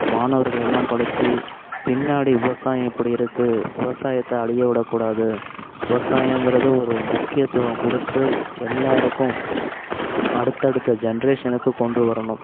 மாணவர்களெல்லாம் படித்து பின்னாடி விவசாயம் எப்படி இருக்குது விவசாயத்தை அழியவிடக்கூடாது விவசாயங்கிறது ஒரு முக்கியத்துவம் கொடுத்து எல்லோருக்கும் அடுத்தடுத்த ஜென்ரேஷனுக்குக் கொண்டு வரணும்